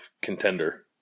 contender